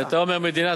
כשאתה אומר "המדינה",